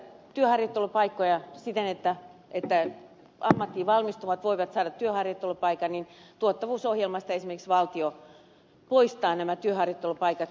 työharjoittelupaikkojen lisäämiseksi siten että ammattiin valmistuvat voivat saada työharjoittelupaikan esimerkiksi tuottavuusohjelmasta valtio poistaa näiden työharjoittelupaikkojen kiintiön